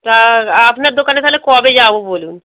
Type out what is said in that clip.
তা আপনার দোকানে তাহলে কবে যাবো বলুন